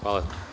Hvala.